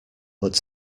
but